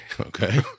Okay